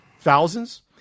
Thousands